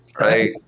Right